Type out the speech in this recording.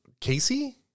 Casey